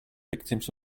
victims